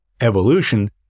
evolution